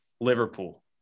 Liverpool